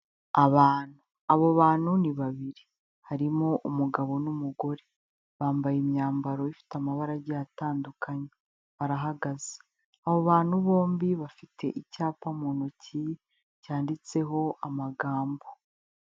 Abantu. Abo bantu ni babiri, harimo umugabo n'umugore. Bambaye imyambaro ifite amabara agiye atandukanye, barahagaze, abo bantu bombi bafite icyapa mu ntoki, cyanditseho amagambo.